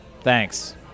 Thanks